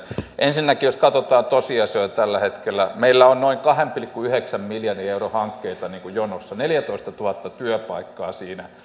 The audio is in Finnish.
ensinnäkin jos katsotaan tosiasioita tällä hetkellä meillä on noin kahden pilkku yhdeksän miljardin euron hankkeita jonossa neljätoistatuhatta työpaikkaa